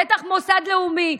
בטח מוסד לאומי,